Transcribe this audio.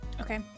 Okay